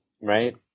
Right